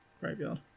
graveyard